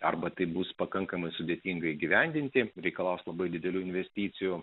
arba tai bus pakankamai sudėtinga įgyvendinti reikalaus labai didelių investicijų